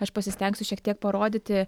aš pasistengsiu šiek tiek parodyti